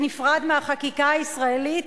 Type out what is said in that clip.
להפריע.